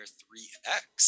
3x